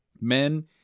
Men